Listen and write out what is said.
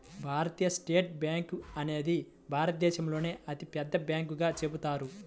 భారతీయ state bank అనేది భారతదేశంలోనే అతిపెద్ద బ్యాంకుగా చెబుతారు